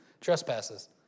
trespasses